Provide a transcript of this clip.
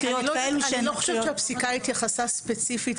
אני לא חושבת שהפסיקה התייחסה ספציפית,